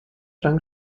lang